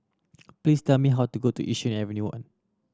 please tell me how to go to Yishun Avenue